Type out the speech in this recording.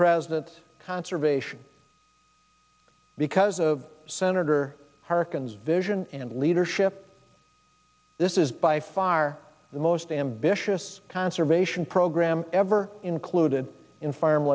president's conservation because of senator harkin's vision and leadership this is by far the most ambitious conservation program ever included in farm